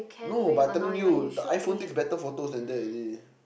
no but I'm telling you the iPhone takes better photos than that already